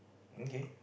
um K